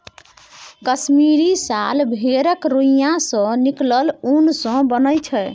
कश्मीरी साल भेड़क रोइयाँ सँ निकलल उन सँ बनय छै